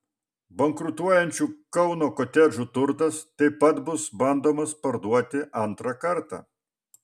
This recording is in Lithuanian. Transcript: bankrutuojančių kauno kotedžų turtas taip pat bus bandomas parduoti antrą kartą